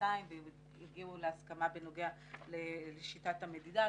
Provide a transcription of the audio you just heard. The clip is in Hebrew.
כשנתיים והגיעו להסכמה בנוגע לשיטת המדידה,